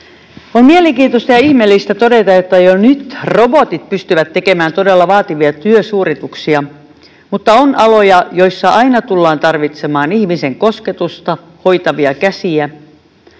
On mielenkiintoista ja ihmeellistä todeta, että jo nyt robotit pystyvät tekemään todella vaativia työsuorituksia, mutta on aloja, joilla aina tullaan tarvitsemaan ihmisen kosketusta ja hoitavia käsiä.